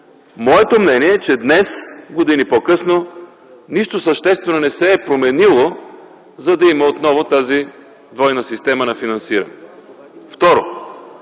Моето мнение е, че днес, години по-късно, нищо съществено не се е променило, за да има отново тази двойна система на финансиране. Второ,